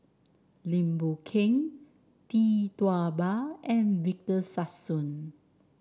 Lim Boon Keng Tee Tua Ba and Victor Sassoon